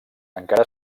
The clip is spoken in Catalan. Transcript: encara